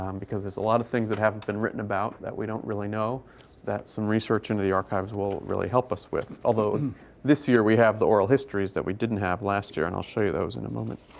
um because there's a lot of things that haven't been written about that we don't really know that some research into the archives will really help us with. although this year, we have the oral histories that we didn't have last year. and i'll show you those in a moment.